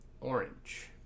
orange